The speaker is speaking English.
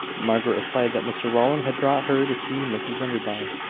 margaret replied that mr rowland had brought her to see mrs enderby.